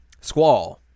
Squall